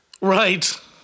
Right